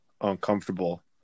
uncomfortable